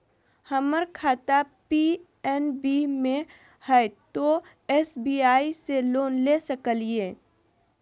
हमर खाता पी.एन.बी मे हय, तो एस.बी.आई से लोन ले सकलिए?